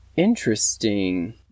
Interesting